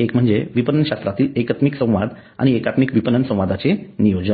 एक म्हणजे विपणन शास्रातील एकात्मिक संवाद आणि एकात्मिक विपणन संवादाचे नियोजन